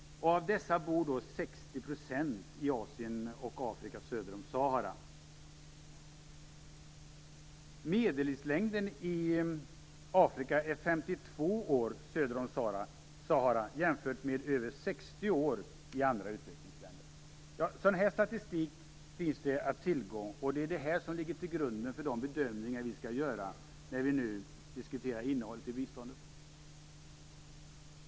Av dessa bor 60 % i Asien och Afrika söder om Sahara. Medellivslängden i Afrika söder om Sahara är 52 år, jämfört med över 60 år i andra utvecklingsländer. Sådan statistik finns att tillgå. Den ligger till grund för våra bedömningar, när vi skall diskutera innehållet i biståndet.